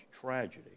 tragedy